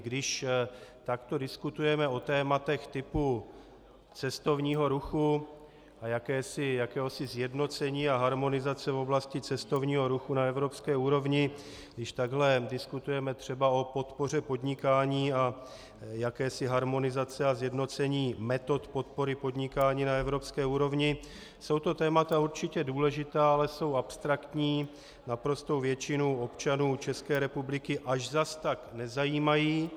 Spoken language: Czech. Když takto diskutujeme o tématech typu cestovního ruchu a jakéhosi sjednocení a harmonizace v oblasti cestovního ruchu na evropské úrovni, když takhle diskutujeme třeba o podpoře podnikání a jakési harmonizace a sjednocení metod podpory podnikání na evropské úrovni, jsou to témata určitě důležitá, ale jsou abstraktní, naprostou většinu občanů ČR až zase tak nezajímají.